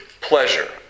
pleasure